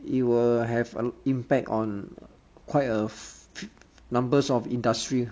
it will have um an impact on quite a numbers of industry